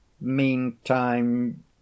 meantime